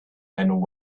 and